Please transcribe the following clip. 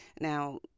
now